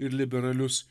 ir liberalius